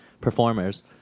performers